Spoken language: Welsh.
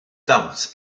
dawns